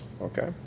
Okay